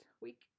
week